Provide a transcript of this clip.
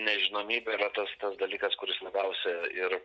nežinomybė yra tas tas dalykas kuris labiausia ir